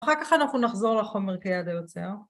אחר כך אנחנו נחזור לחומר כיד היוצר.